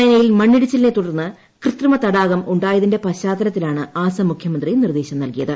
ചൈനയിൽ മണ്ണിടിച്ചിലിനെ തുടർന്ന് കൃത്രിമതടാകം ഉണ്ടായതിന്റെ പശ്ചാത്തലത്തിലാണ് ആസാം മുഖ്യമന്ത്രി നിർദ്ദേശം നൽകിയത്